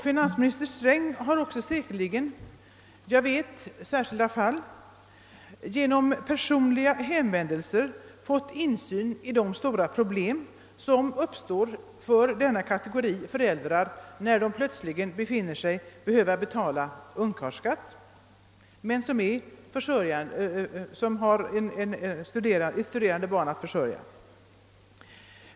Finansminister Sträng har säkerligen — jag känner till sådana fall — genom personliga hänvändelser fått insyn i de stora problem som uppstår för denna kategori av föräldrar när de plötsligt finner sig vara tvungna att betala ungkarlsskatt fastän de har studerande barn att försörja.